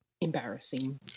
embarrassing